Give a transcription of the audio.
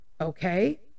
Okay